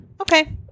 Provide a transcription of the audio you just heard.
okay